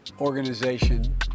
organization